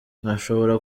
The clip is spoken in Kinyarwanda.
ntashobora